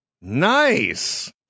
Nice